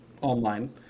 online